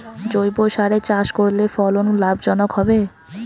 জৈবসারে চাষ করলে ফলন লাভজনক হবে?